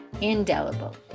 indelible